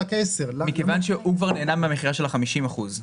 רק 10. הוא כבר נהנה מהמכירה של ה-50 אחוזים.